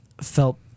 felt